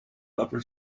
upper